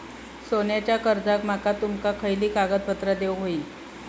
सोन्याच्या कर्जाक माका तुमका खयली कागदपत्रा देऊक व्हयी?